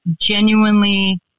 genuinely